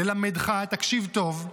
תקשיב טוב,